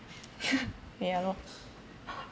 ya lor